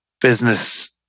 business